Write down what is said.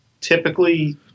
typically